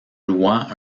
louant